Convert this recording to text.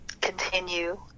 continue